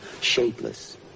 shapeless